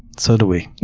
so do we.